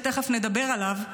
שתכף נדבר עליו,